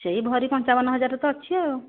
ସେଇ ଭରି ପଞ୍ଚାବନ ହଜାର ତ ଅଛି ଆଉ